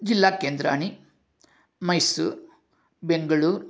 जिल्लाकेन्द्राणि Mysore Bangalore